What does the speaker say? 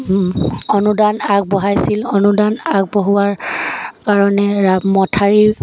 অনুদান আগবঢ়াইছিল অনুদান আগবঢ়োৱাৰ কাৰণে মঠাউৰি